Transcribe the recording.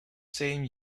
same